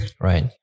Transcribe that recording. right